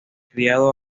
criado